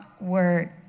word